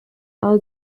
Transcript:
i’ll